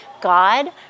God